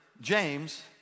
James